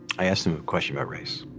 i asked him a question about race.